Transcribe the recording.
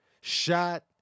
shot